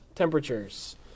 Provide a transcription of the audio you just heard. temperatures